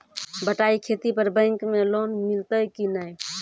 बटाई खेती पर बैंक मे लोन मिलतै कि नैय?